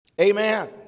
Amen